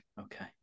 Okay